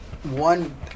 One